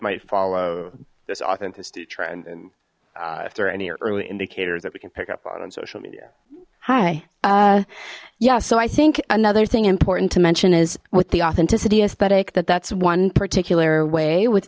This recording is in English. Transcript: authenticity trend and if there are any early indicators that we can pick up on on social media hi yeah so i think another thing important to mention is with the authenticity aesthetic that that's one particular way with